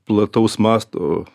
plataus masto